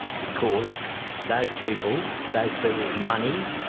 because those people, those peoples' money,